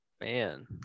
Man